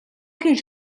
kienx